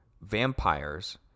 vampires